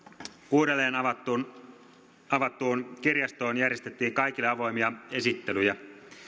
uudelleen avattuun avattuun kirjastoon järjestettiin kaikille avoimia esittelyjä